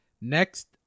Next